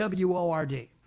WORD